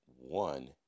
one